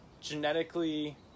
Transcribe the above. genetically